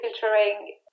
filtering